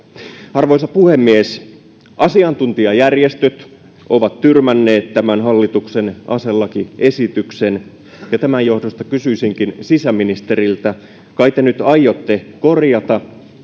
arvoisa puhemies asiantuntijajärjestöt ovat tyrmänneet tämän hallituksen aselakiesityksen ja tämän johdosta kysyisinkin sisäministeriltä kai te nyt aiotte korjata